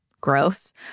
gross